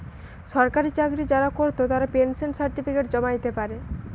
সরকারি চাকরি যারা কোরত তারা পেনশন সার্টিফিকেট জমা দিতে পারে